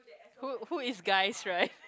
who who is guys right